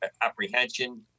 apprehension